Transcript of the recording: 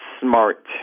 smart